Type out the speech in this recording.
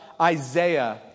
Isaiah